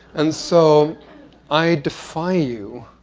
and so i defy you,